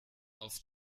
auf